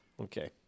Okay